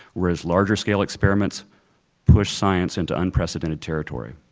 whereas larger scale experiments push science into unprecedented territory.